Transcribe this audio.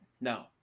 No